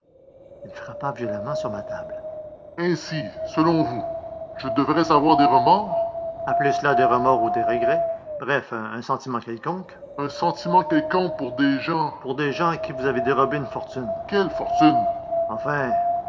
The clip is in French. il frappa violemment sur ma table ainsi selon vous je devrais avoir des remords appelez cela des remords ou des regrets bref un sentiment quelconque un sentiment quelconque pour des gens pour des gens à qui vous avez dérobé une fortune quelle fortune enfin